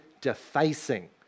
defacing